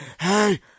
hey